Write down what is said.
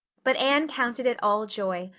but anne counted it all joy,